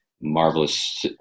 marvelous